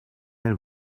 nel